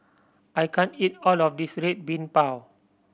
I can't eat all of this Red Bean Bao